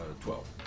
twelve